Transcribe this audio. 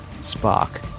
spark